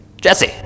Jesse